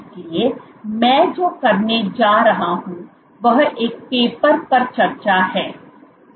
इसलिए मैं जो करने जा रहा हूं वह एक पेपर पर चर्चा है